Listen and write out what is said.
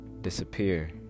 disappear